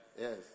Yes